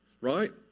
Right